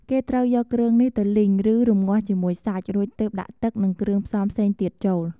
គេត្រូវយកគ្រឿងនេះទៅលីង ឬរម្ងាស់ជាមួយសាច់ រួចទើបដាក់ទឹក និងគ្រឿងផ្សំផ្សេងទៀតចូល។